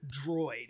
droid